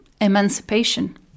emancipation